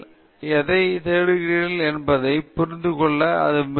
அளவிடமுடியாத நிலையில் நீங்கள் எதைத் தேடுகிறீர்கள் என்பதை புரிந்து கொள்ள மிகவும் கடினமாக உள்ளது